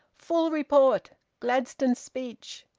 full report. gladstone's speech.